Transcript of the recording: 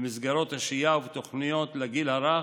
במסגרות השהייה ובתוכניות לגיל הרך,